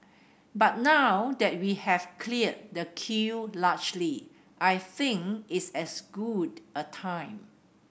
but now that we have cleared the queue largely I think it's as good a time